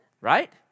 right